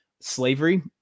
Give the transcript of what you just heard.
Slavery